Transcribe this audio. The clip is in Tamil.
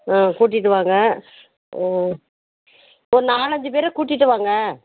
ஆ கூட்டிகிட்டு வாங்க ஆ ஒரு நாலஞ்சு பேர் கூட்டிகிட்டு வாங்க